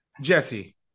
Jesse